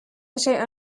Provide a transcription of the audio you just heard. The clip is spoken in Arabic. شيء